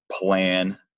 plan